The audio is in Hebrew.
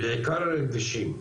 בעיקר הכבישים,